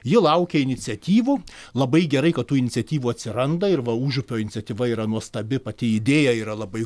ji laukė iniciatyvų labai gerai kad tų iniciatyvų atsiranda ir va užupio iniciatyva yra nuostabi pati idėja yra labai